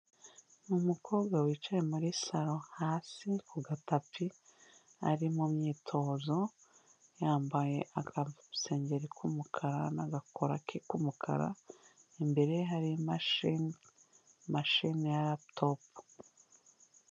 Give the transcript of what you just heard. Ni umukobwa wicaye muri saro hasi ku gatapi, ari mu myitozo yambaye agasengeri k'umukara n'aga kora ke k'umukara imbere hari imashini, mashine ya laputopu.